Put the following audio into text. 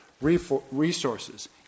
resources